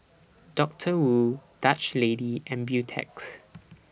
Doctor Wu Dutch Lady and Beautex